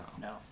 No